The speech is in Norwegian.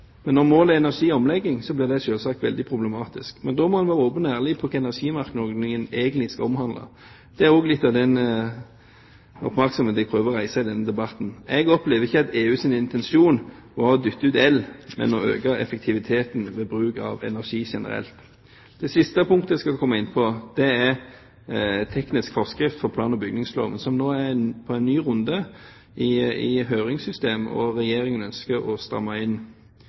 Men når målet er energiomlegging, blir det selvsagt veldig problematisk. Da må en være åpen og ærlig på hva energimerkeordningen egentlig skal omhandle. Det er også litt av den oppmerksomhet en prøver å reise i denne debatten. Jeg opplever ikke at EUs intensjon var å dytte ut el, men å øke effektiviteten ved bruk av energi generelt. Det siste punktet jeg skal komme inn på, er teknisk forskrift for plan- og bygningsloven, som nå er på en ny runde i høringssystemet og Regjeringen ønsker å stramme inn.